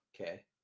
okay